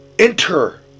Enter